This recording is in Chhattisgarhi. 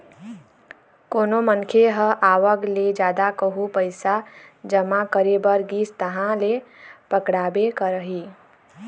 कोनो मनखे ह आवक ले जादा कहूँ पइसा जमा करे बर गिस तहाँ ले पकड़ाबे करही